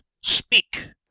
Speak